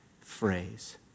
phrase